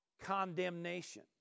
condemnation